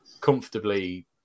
comfortably